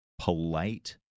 polite